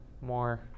more